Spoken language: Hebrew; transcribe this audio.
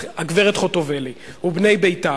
הגברת חוטובלי ובני ביתה,